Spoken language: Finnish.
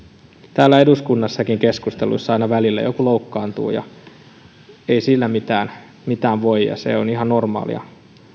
täällä eduskunnassakin keskusteluissa aina välillä joku loukkaantuu ja ei sille mitään voi ja se on ihan normaalia